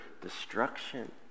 destruction